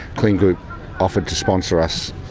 kleen group offered to sponsor us,